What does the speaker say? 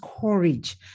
courage